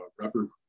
rubber